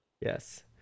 Yes